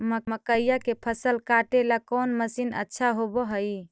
मकइया के फसल काटेला कौन मशीन अच्छा होव हई?